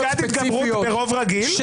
יש שם פסקת התגברות ברוב רגיל,